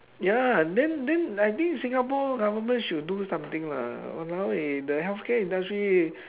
ya then then I think singapore government should do something lah !walao! eh the healthcare industry